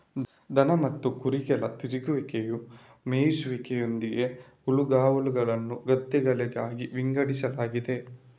ದನ ಮತ್ತು ಕುರಿಗಳ ತಿರುಗುವಿಕೆಯ ಮೇಯಿಸುವಿಕೆಯೊಂದಿಗೆ ಹುಲ್ಲುಗಾವಲುಗಳನ್ನು ಗದ್ದೆಗಳಾಗಿ ವಿಂಗಡಿಸಲಾಗಿದೆ